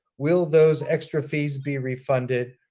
will those extra fees be refunded?